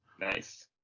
Nice